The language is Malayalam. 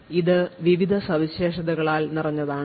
കാരണം ഇത് വിവിധ സവിശേഷതകളാൽ നിറഞ്ഞതാണ്